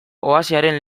oasiaren